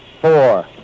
four